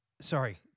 Sorry